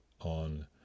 on